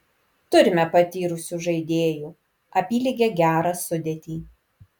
turime patyrusių žaidėjų apylygę gerą sudėtį